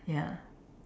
ya